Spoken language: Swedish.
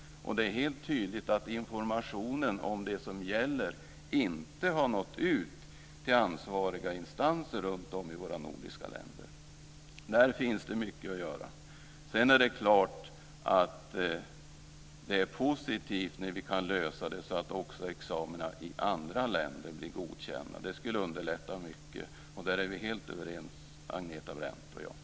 Det är helt tydligt att informationen om det som gäller inte har nått ut till ansvariga instanser runt om i våra nordiska länder. På det området finns det mycket att göra. Det är klart att det är positivt om vi kan lösa det så att också examina i andra länder blir godkända. Det skulle underlätta mycket. I det fallet är vi helt överens, Agneta Brendt och jag.